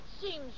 seems